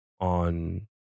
on